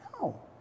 No